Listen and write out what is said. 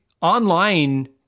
online